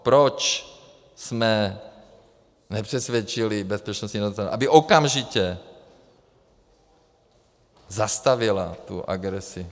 Proč jsme nepřesvědčili bezpečnostní radu, aby okamžitě zastavila tu agresi?